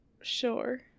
sure